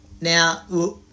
Now